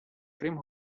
крім